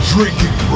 Drinking